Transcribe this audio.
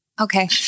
Okay